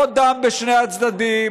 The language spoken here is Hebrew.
עוד דם בשני הצדדים,